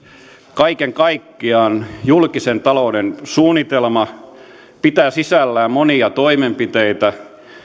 kaiken kaikkiaan julkisen talouden suunnitelma pitää sisällään monia toimenpiteitä